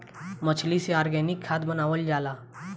मछली से ऑर्गनिक खाद्य बनावल जाला